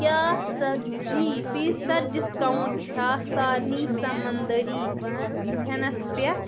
کیٛاہ ژَتجی فی صَد ڈسکاونٹ چھا سارنٕے سَمنٛدٔری کھیٚنس پٮ۪ٹھ